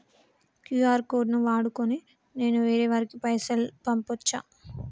QR code ను వాడుకొని నేను వేరే వారికి పైసలు పంపచ్చా?